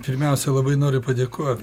pirmiausia labai noriu padėkot